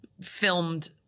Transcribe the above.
filmed